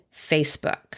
Facebook